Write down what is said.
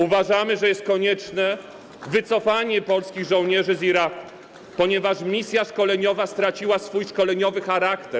Uważamy, że jest konieczne wycofanie polskich żołnierzy z Iraku, ponieważ misja szkoleniowa straciła swój szkoleniowy charakter.